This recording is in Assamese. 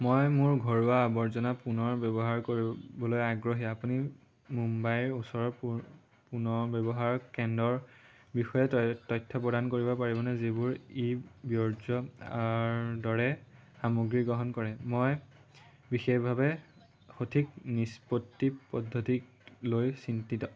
মই মোৰ ঘৰুৱা আৱৰ্জনা পুনৰ ব্যৱহাৰ কৰিবলৈ আগ্ৰহী আপুনি মুম্বাইৰ ওচৰৰ পুনৰ ব্যৱহাৰ কেন্দ্ৰৰ বিষয়ে তথ্য প্ৰদান কৰিব পাৰিবনে যিবোৰে ই বৰ্জ্যৰ দৰে সামগ্ৰী গ্ৰহণ কৰে মই বিশেষভাৱে সঠিক নিষ্পত্তি পদ্ধতিক লৈ চিন্তিত